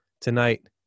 tonight